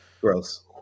Gross